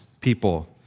people